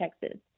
Texas